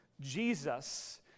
Jesus